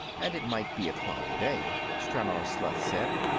and it might be a cloudy day, stranor sleth said.